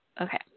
Okay